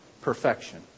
perfection